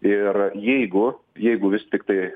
ir jeigu jeigu vis tiktai